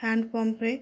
ହ୍ୟାଣ୍ଡ୍ପମ୍ପ୍ରେ